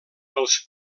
els